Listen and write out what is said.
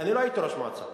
אני לא הייתי ראש מועצה,